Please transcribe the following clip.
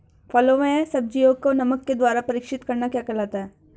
फलों व सब्जियों को नमक के द्वारा परीक्षित करना क्या कहलाता है?